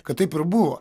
kad taip ir buvo